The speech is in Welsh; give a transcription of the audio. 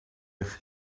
eich